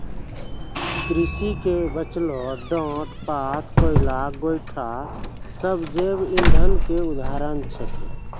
कृषि के बचलो डांट पात, कोयला, गोयठा सब जैव इंधन के उदाहरण छेकै